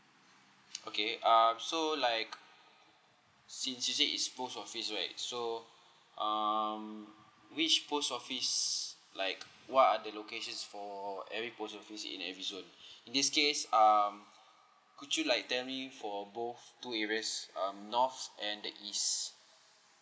okay uh so like since you say it's post office right so um which post office like what are the locations for every post office in every zone in this case uh could you like tell me for both two areas um north and the east